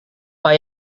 pak